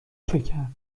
شکر